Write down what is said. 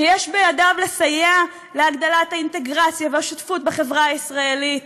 שיש בו כדי לסייע להגברת האינטגרציה והשותפות בחברה הישראלית,